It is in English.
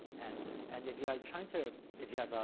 and and if you are trying to if you have, ah,